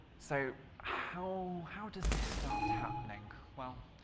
so how how does this start happening? well,